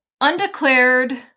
undeclared